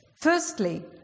Firstly